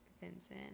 Vincent